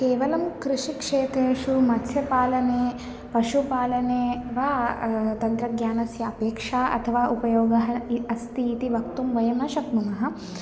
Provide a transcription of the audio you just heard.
केवलं कृषिक्षेत्रेषु मत्स्यपालने पशुपालने वा तन्त्रज्ञानस्य अपेक्षा अथवा उपयोगः अस्ति इति वक्तुं वयं न शक्नुमः